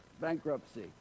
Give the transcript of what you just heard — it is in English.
bankruptcy